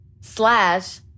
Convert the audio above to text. slash